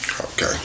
Okay